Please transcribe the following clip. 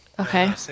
Okay